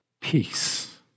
peace